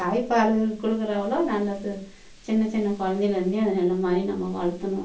தாய்ப்பால் கொடுக்குற அவ்வளோ நல்லது சின்ன சின்ன குலந்தைல இருந்தே அத நல்ல மாதிரி நம்ம வளர்த்தணும்